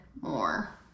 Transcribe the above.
more